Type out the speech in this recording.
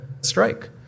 strike